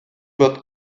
wird